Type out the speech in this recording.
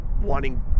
wanting